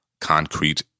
concrete